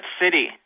city